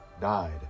died